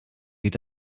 geht